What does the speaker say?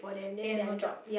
they have no job